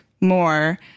more